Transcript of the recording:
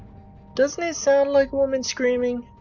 doesn't it sound like woman screaming?